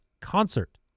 concert